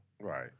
Right